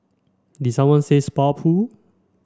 did someone say spa pool